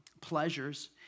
pleasures